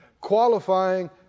Qualifying